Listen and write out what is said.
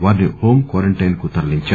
వారిని home quarantine కు తరలించారు